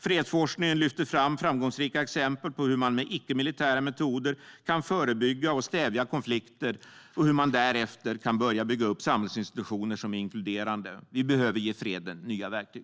Fredsforskningen lyfter fram framgångsrika exempel på hur man med icke-militära metoder kan förebygga och stävja konflikter och hur man därefter kan börja bygga upp samhällsinstitutioner som är inkluderande. Vi behöver ge freden nya verktyg.